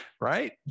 right